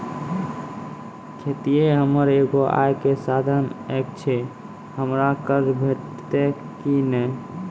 खेतीये हमर एगो आय के साधन ऐछि, हमरा कर्ज भेटतै कि नै?